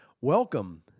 Welcome